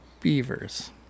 beavers